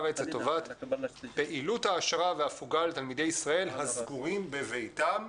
הארץ לטובת פעילות העשרה והפוגה לתלמידי ישראל הסגורים בביתם.